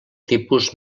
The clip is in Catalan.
tipus